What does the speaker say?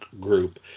group